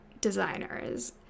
designers